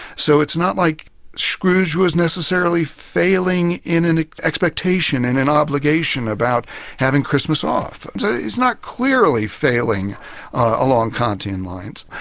so it's not like scrooge was necessarily failing in an expectation, in an obligation about having christmas off. so he's not clearly failing along kantian lines.